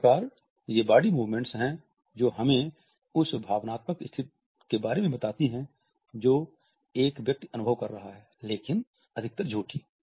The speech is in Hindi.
इस प्रकार ये वे बॉडी मूवमेंट्स हैं जो हमें उस भावनात्मक स्थिति के बारे में बताती हैं जो एक व्यक्ति अनुभव कर रहा है लेकिन अधिकतर झूठी